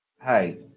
Hi